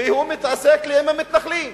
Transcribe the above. והוא מתעסק עם המתנחלים,